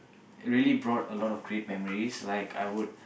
really brought a lot of great memories like I would